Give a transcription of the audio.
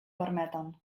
permeten